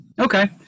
Okay